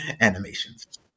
animations